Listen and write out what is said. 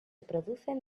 producen